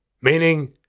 Meaning